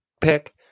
pick